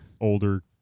older